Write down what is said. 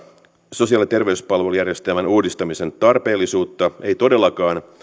sosiaali ja terveyspalvelujärjestelmän uudistamisen tarpeellisuutta ei todellakaan